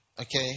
Okay